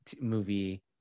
movie